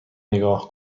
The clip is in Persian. نگاه